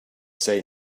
say